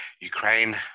Ukraine